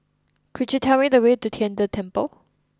could you tell me the way to Tian De Temple